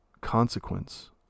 Consequence